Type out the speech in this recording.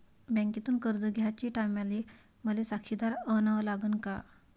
बँकेतून कर्ज घ्याचे टायमाले मले साक्षीदार अन लागन का?